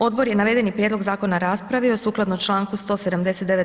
Odbor je navedeni prijedlog zakona raspravio sukladno članku 179.